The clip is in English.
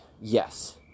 yes